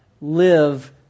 live